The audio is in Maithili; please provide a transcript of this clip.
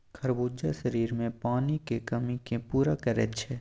खरबूजा शरीरमे पानिक कमीकेँ पूरा करैत छै